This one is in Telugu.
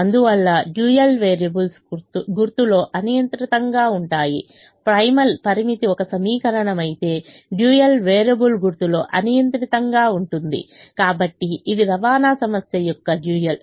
అందువల్ల డ్యూయల్ వేరియబుల్స్ గుర్తులో అనియంత్రితంగా ఉంటాయి ప్రైమల్ పరిమితి ఒక సమీకరణం అయితే డ్యూయల్ వేరియబుల్ గుర్తులో అనియంత్రితంగా ఉంటుంది కాబట్టి ఇది రవాణా సమస్య యొక్క డ్యూయల్